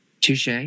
Touche